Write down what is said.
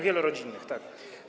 Wielorodzinnych, tak.